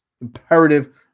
imperative